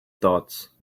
dots